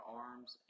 arms